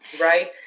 right